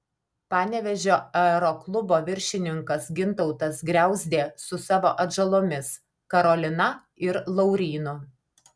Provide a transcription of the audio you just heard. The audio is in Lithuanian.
panevėžio aeroklubo viršininkas gintautas griauzdė su savo atžalomis karolina ir laurynu